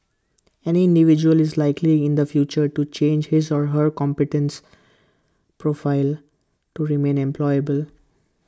any individual is likely in the future to change his or her competence profile to remain employable